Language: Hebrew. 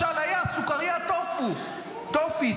משל היה סוכריית טופו טופי,